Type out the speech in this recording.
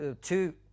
Two